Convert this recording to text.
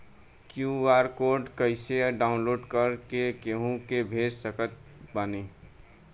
QR code कइसे download कर के केहु के भेज सकत बानी?